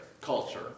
culture